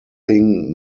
thing